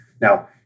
Now